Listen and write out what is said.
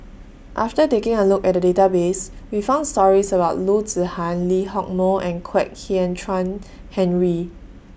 after taking A Look At The Database We found stories about Loo Zihan Lee Hock Moh and Kwek Hian Chuan Henry